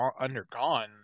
undergone